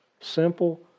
Simple